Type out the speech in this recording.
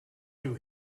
you